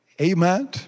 Amen